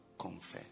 confess